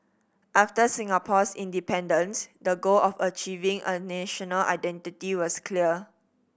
after Singapore's independence the goal of achieving a national identity was clear